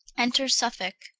enter suffolke,